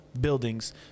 buildings